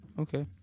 Okay